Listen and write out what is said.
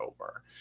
over